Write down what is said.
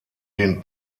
den